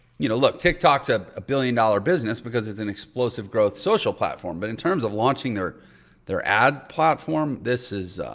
you know, look, tiktok's ah a billion dollar business because it's an explosive growth social platform. but in terms of launching their their ad platform, this is,